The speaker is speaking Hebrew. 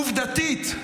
עובדתית,